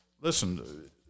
Listen